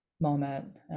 moment